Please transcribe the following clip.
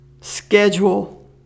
schedule